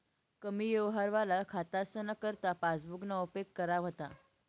कमी यवहारवाला खातासना करता पासबुकना उपेग करा व्हता